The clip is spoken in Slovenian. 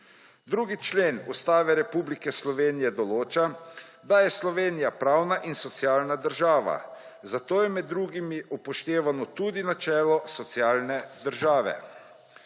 2. člen Ustave Republike Slovenije določa, da je Slovenija pravna in socialna država, zato je med drugimi upoštevano tudi načelo socialne države.